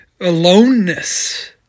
aloneness